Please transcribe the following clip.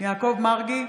יעקב מרגי,